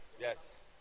Yes